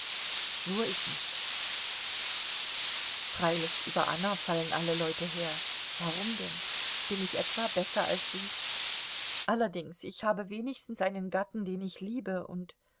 nur ich nicht freilich über anna fallen alle leute her warum denn bin ich etwa besser als sie allerdings ich habe wenigstens einen gatten den ich liebe und